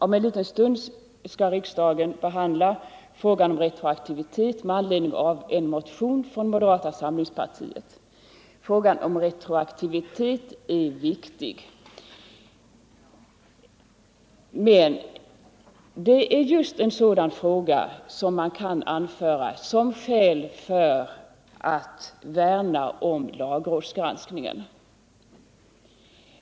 Om en liten stund skall riksdagen behandla den frågan med anledning av en motion från moderata samlingspartiet. Frågan om retroaktivitet är viktig, men just ett sådant spörsmål borde ge anledning att värna om lagrådsgranskningen.